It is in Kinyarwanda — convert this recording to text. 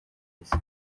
isi